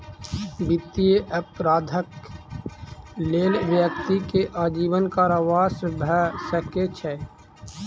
वित्तीय अपराधक लेल व्यक्ति के आजीवन कारावास भ सकै छै